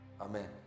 Amen